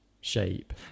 shape